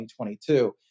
2022